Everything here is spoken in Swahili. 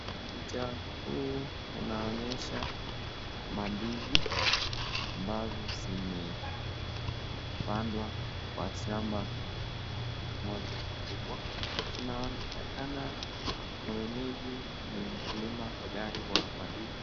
Picha huu unaonyesha mandizi, ambazo zimepandwa kwa shamba moja kubwa. Inaonekana mwenyeji ni mkulima hodari wa mandizi.